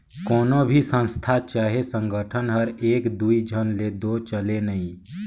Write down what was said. कोनो भी संस्था चहे संगठन हर एक दुई झन ले दो चले नई